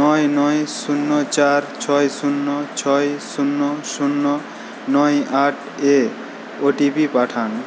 নয় নয় শূন্য চার ছয় শূন্য ছয় শূন্য শূন্য নয় আট এ ওটিপি পাঠান